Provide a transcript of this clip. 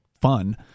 fun